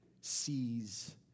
sees